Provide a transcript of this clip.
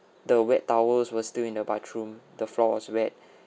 the wet towels were still in the bathroom the floor was wet